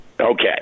okay